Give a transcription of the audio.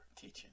teaching